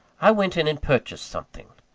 i went in and purchased something.